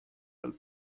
dal